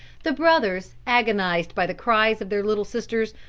the brothers, agonized by the cries of their little sister,